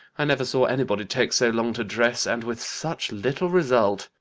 i never saw anybody take so long to dress, and with such little result.